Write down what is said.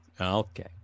Okay